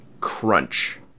Crunch